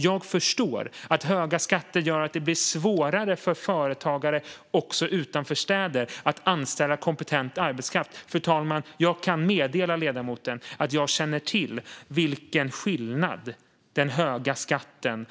Jag förstår att höga skatter gör att det blir svårare för företagare också utanför städer att anställa kompetent arbetskraft. Fru talman! Jag kan meddela ledamoten att jag känner till vilken skillnad den höga skatten